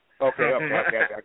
Okay